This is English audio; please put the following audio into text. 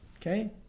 Okay